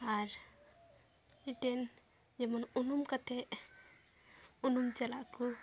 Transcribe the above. ᱟᱨ ᱢᱤᱫᱴᱮᱱ ᱡᱮᱢᱚᱱ ᱩᱱᱩᱢ ᱠᱟᱛᱮᱫ ᱩᱱᱩᱢ ᱪᱟᱞᱟᱜ ᱟᱠᱚ